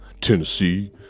Tennessee